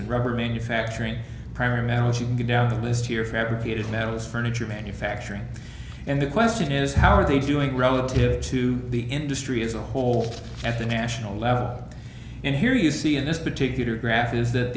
and rubber manufacturing perimenopause you can go down the list here fabricated metals furniture manufacturing and the question is how are they doing relative to the industry as a whole at the national level and here you see in this particular graph is that